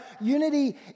unity